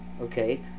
Okay